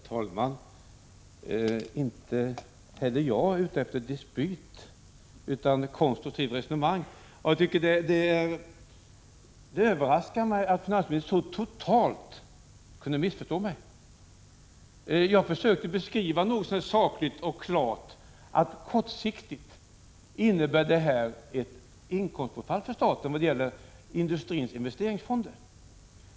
Herr talman! Inte heller jag är ute efter dispyt, utan jag vill ha ett konstruktivt resonemang. Det överraskar mig att finansministern så totalt kunde missförstå mig. Jag försökte att något så när sakligt och klart beskriva att industrins investeringsfonder kortsiktigt innebär ett inkomstbortfall för staten.